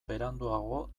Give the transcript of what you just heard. beranduago